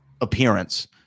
appearance